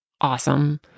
awesome